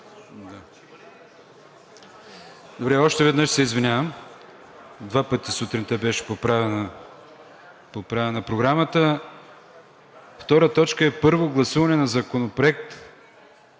Добре, още веднъж се извинявам. Два пъти сутринта беше поправяна програмата. Втора точка е първо гласуване на Законопроекта